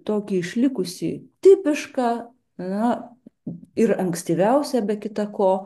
tokį išlikusį tipišką na ir ankstyviausią be kita ko